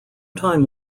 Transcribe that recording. time